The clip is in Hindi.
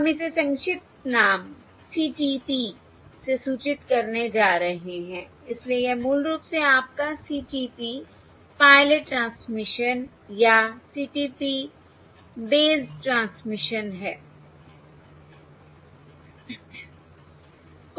हम इसे संक्षिप्त नाम CTP से सूचित करने जा रहे हैं इसलिए यह मूल रूप से आपका CTP पायलट ट्रांसमिशन या CTP based transmission based transmission है